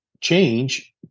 change